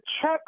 check